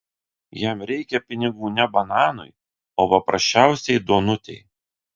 jam reikia pinigų ne bananui o paprasčiausiai duonutei